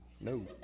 no